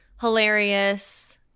Hilarious